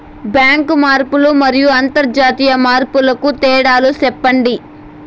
Bank మార్పులు మరియు అంతర్జాతీయ మార్పుల కు తేడాలు సెప్పండి?